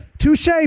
Touche